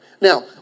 Now